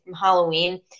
Halloween